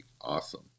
Awesome